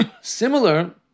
similar